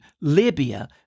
Libya